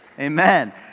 Amen